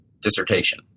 dissertation